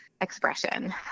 expression